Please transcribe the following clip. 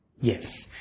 Yes